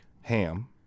ham